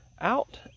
out